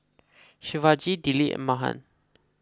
Shivaji Dilip and Mahan